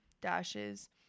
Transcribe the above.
dashes